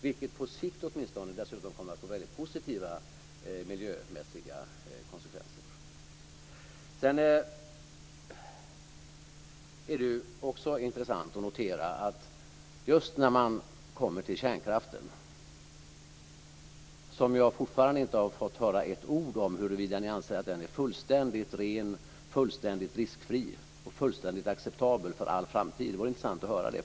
Det kommer dessutom på sikt att få väldigt positiva miljömässiga konsekvenser. Jag har fortfarande inte fått höra ett ord om huruvida ni anser att kärnkraften är fullständigt ren, fullständigt riskfri och fullständigt acceptabel för all framtid. Det vore intressant att veta det.